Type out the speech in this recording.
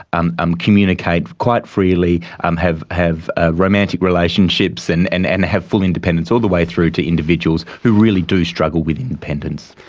and um communicate quite freely, and have have ah romantic relationships and and and have full independence, all the way through to individuals who really do struggle with independence.